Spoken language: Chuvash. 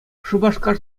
шупашкар